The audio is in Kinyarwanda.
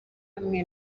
hamwe